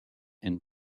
and